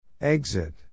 Exit